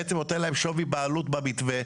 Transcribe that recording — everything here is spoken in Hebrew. בעצם נותן להם שווי בעלות במתווה,